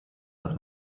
dass